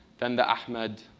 than the ahmed,